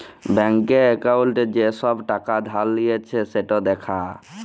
ব্যাংকে একাউল্টে যে ছব টাকা ধার লিঁয়েছে সেট দ্যাখা